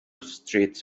streets